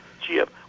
Chip